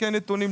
כן נתונים,